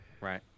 right